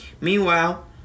meanwhile